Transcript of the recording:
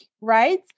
right